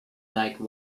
like